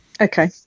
okay